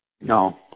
No